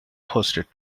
hosted